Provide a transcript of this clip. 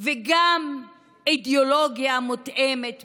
וגם אידיאולוגיה מותאמת בדיוק.